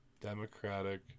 Democratic